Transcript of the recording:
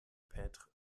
peintre